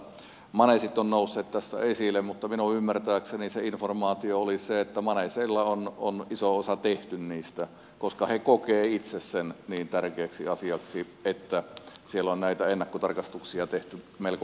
maneesit ovat nousseet tässä esille mutta minun ymmärtääkseni se informaatio oli se että maneeseilla on iso osa tehty niistä koska he kokevat itse sen niin tärkeäksi asiaksi joten siellä on näitä ennakkotarkastuksia tehty melko paljon